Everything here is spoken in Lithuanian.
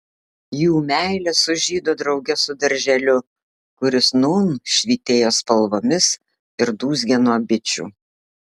jų meilė sužydo drauge su darželiu kuris nūn švytėjo spalvomis ir dūzgė nuo bičių